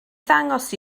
ddangos